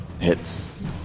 Hits